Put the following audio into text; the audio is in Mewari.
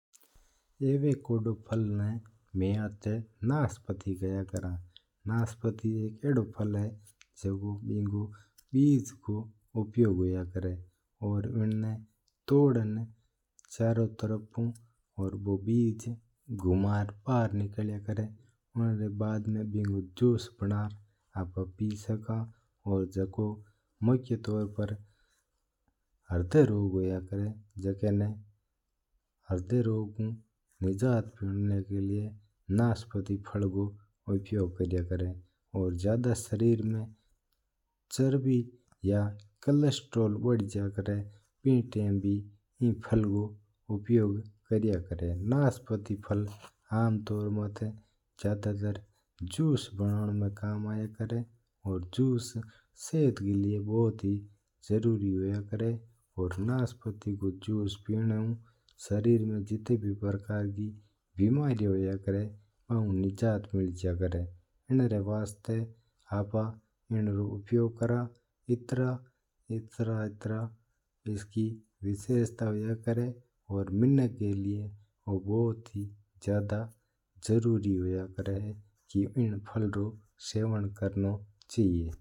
म्हारा आता सा अवकोडा ना नाशपाती किया करा है। नाशपाती एक आडो फल है जिना में बीज रू उपयोग हुयो है और बिना तोड़ना चारूं तरफ ऊ और बू बिज्ज घुमा बरा निकलाया करा है। बिंगा बाद में बिनो जूस बनार पी सका हा जका ना मुख्य तूर पर हर्दय रोग होया करा है बिन्ना पिलाया करा है। हर्दय रोग ऊ आजादी पावन वास्ता नाशपाती रू उपयोग हुयो है। और ज्यादा शरीर में जड़ चरबी और कोलेस्ट्रॉल बढ़ जया करा जड़ आपा नाशपाती रू उपयोग हुयो है। ऊ फल ज्यादातर जूस बनावना वास्ता कम्म आया करा है।